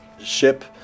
ship